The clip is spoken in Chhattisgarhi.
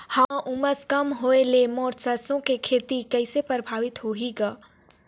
हवा म उमस कम होए ले मोर सरसो के खेती कइसे प्रभावित होही ग?